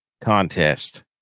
Contest